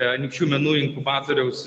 anykščių menų inkubatoriaus